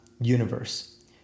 universe